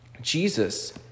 Jesus